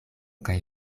kaj